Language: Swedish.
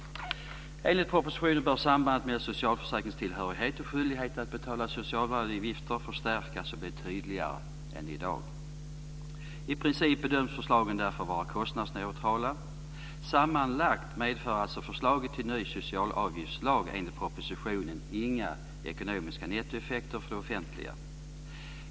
Enligt propositionen bör sambandet mellan socialförsäkringstillhörighet och skyldighet att betala socialavgifter förstärkas och bli tydligare än i dag. I princip bedöms förslagen därför vara kostnadsneutrala. Sammanlagt medför alltså förslaget till ny socialavgiftslag enligt propositionen inga ekonomiska nettoeffekter för det offentliga.